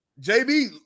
JB